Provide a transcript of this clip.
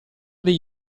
dei